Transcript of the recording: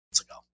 ago